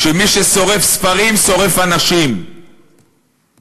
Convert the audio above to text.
שמי ששורף ספרים, שורף אנשים בסוף.